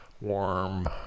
warm